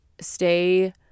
stay